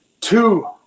two